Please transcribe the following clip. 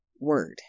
word